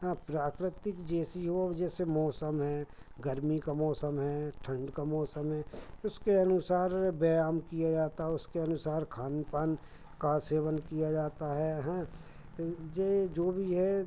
हाँ प्रकृति जैसी हो अब जैसे मौसम है गर्मी का मौसम है ठंड का मौसम है उसके अनुसार व्यायाम किया जाता है उसके अनुसार खान पान का सेवन किया जाता है हाँ यह जो भी है